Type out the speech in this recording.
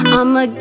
I'ma